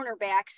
cornerbacks